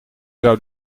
zou